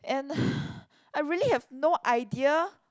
and I really have no idea